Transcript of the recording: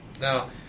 Now